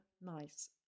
nice